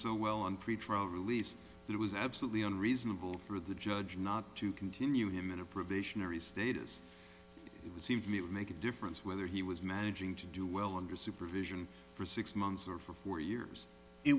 so well on freed from release it was absolutely unreasonable for the judge not to continue him in a probationary status receive me would make a difference whether he was managing to do well under supervision for six months or for four years it